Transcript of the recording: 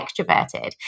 extroverted